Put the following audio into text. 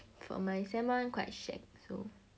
for my semester one quite shag so